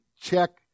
check